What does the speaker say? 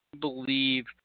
believe